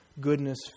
goodness